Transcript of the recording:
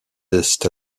est